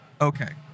Okay